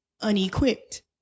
unequipped